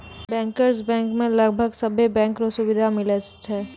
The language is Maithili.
बैंकर्स बैंक मे लगभग सभे बैंको रो सुविधा मिलै छै